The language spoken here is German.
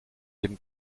dem